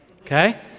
Okay